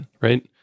right